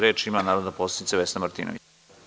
Reč ima narodna poslanica Vesna Martinović.